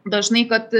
dažnai kad